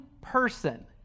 person